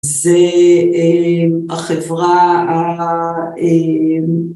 ‫זה אה.. החברה אה...